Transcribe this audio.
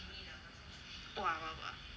!wah! !wah! !wah!